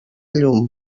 llum